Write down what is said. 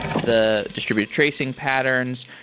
the distributed tracing patterns,